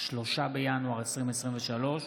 3 בינואר 2023,